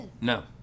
No